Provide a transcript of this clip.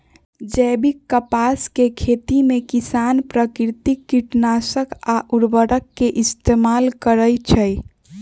जैविक कपास के खेती में किसान प्राकिरतिक किटनाशक आ उरवरक के इस्तेमाल करई छई